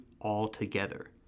altogether